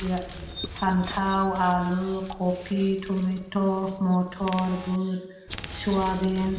बे फानथाव आलु कफि टमेट' मटर बुध सवाबिन